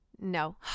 no